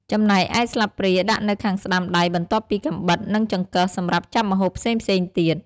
ចំណែកឯស្លាបព្រាដាក់នៅខាងស្តាំដៃបន្ទាប់ពីកាំបិត និងចង្កឹះសម្រាប់ចាប់ម្ហូបផ្សេងៗទៀត។